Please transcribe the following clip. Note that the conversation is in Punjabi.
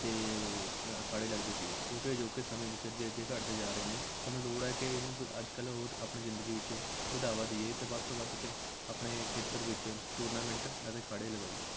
ਅਤੇ ਅਖਾੜੇ ਲੱਗਦੇ ਸੀ ਕਿਉਂਕਿ ਅਜੋਕੇ ਸਮੇਂ ਵਿੱਚ ਅੱਗੇ ਅੱਗੇ ਘਟਦੇ ਜਾ ਰਹੇ ਨੇ ਸਾਨੂੰ ਲੋੜ ਹੈ ਕਿ ਇਹਨੂੰ ਅੱਜ ਕੱਲ੍ਹ ਹੋਰ ਆਪਣੀ ਜ਼ਿੰਦਗੀ ਵਿੱਚ ਵਧਾਵਾ ਦਈਏ ਅਤੇ ਵੱਧ ਤੋਂ ਵੱਧ ਕ ਆਪਣੇ ਖੇਤਰ ਵਿੱਚ ਟੂਰਨਾਮੈਂਟ ਅਤੇ ਅਖਾੜੇ ਲਵਾਈਏ